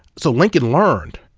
so lincoln learned,